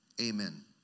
Amen